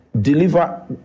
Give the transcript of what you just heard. deliver